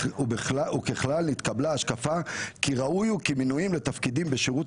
וככלל התקבלה השקפה כי ראוי הוא כי מינויים לתפקידים בשירות